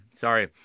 Sorry